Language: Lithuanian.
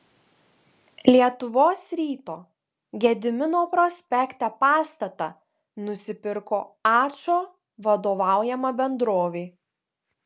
lietuvos ryto gedimino prospekte pastatą nusipirko ačo vadovaujama bendrovė